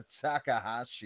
Takahashi